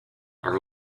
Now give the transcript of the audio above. are